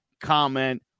comment